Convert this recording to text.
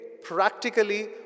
practically